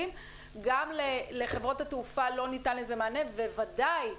גם לחברות התעופה לא ניתן לזה מענה ובוודאי,